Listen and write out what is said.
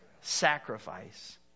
Sacrifice